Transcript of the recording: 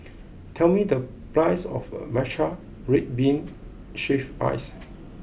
tell me the price of Matcha Red Bean Shaved Ice